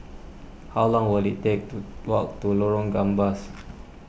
how long will it take to walk to Lorong Gambas